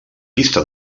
pista